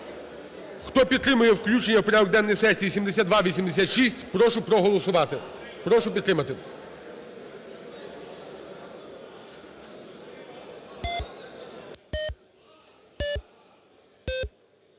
Хто підтримує включення в порядок денний сесії (7286). Прошу проголосувати, прошу підтримати.